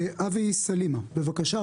אבי סלומה, בבקשה.